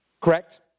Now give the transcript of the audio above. Correct